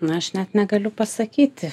na aš net negaliu pasakyti